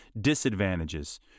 Disadvantages